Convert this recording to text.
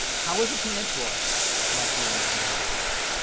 how is a teenage boy like the enzyme helicase?